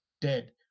Dead